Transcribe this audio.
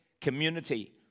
community